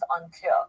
unclear